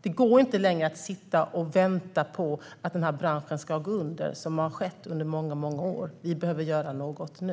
Det går inte längre att sitta och vänta på att branschen ska gå under, som har skett under många år. Vi behöver göra något nu.